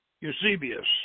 Eusebius